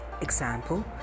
Example